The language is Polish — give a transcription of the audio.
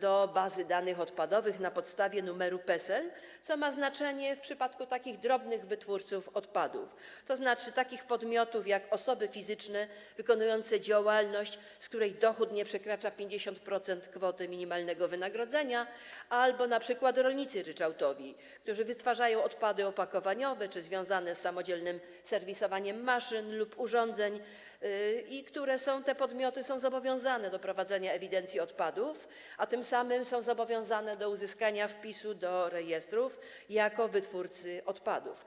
do bazy danych odpadowych na podstawie numeru PESEL, co ma znaczenie w przypadku drobnych wytwórców odpadów, tzn. takich podmiotów jak osoby fizyczne wykonujące działalność, z której dochód nie przekracza 50% kwoty minimalnego wynagrodzenia, albo np. rolnicy ryczałtowi, którzy wytwarzają odpady opakowaniowe czy związane z samodzielnym serwisowaniem maszyn lub urządzeń, które to podmioty są zobowiązane do prowadzenia ewidencji odpadów, a tym samym są zobowiązane do uzyskania wpisu do rejestru jako wytwórcy odpadów.